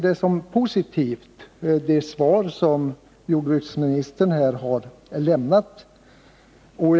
Det svar som jordbruksministern här har lämnat ser jag som positivt.